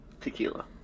tequila